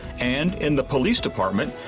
and in the police department,